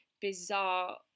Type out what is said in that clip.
bizarre